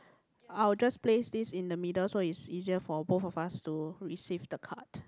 I'll just place this in the middle so it's easier for both of us to receive the card